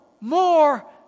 more